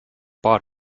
bad